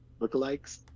lookalikes